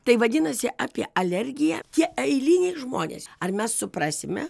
tai vadinasi apie alergiją tie eiliniai žmonės ar mes suprasime